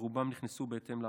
ורובם נכנסו בהתאם להכוונה.